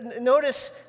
Notice